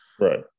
Right